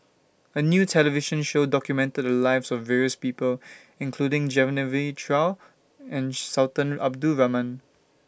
A New television Show documented The Lives of various People including Genevieve Chua and Sultan Abdul Rahman